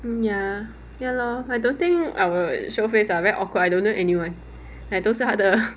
mm ya ya lor I don't think I would show face ah very awkward I don't know anyone like 都是他的